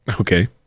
Okay